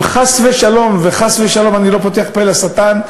אם חס ושלום, וחס ושלום, אני לא פותח פה לשטן,